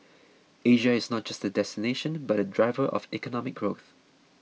Asia is not just a destination but a driver of economic growth